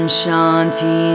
shanti